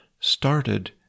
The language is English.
started